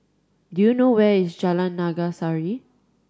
do you know where is Jalan Naga Sari